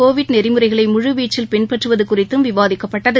Covid நெறிமுறைகளைமுழுவீச்சில் பின்பற்றுவதுகுறித்தும் விவாதிக்கப்பட்டது